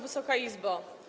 Wysoka Izbo!